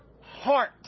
heart